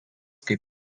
kaip